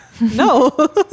No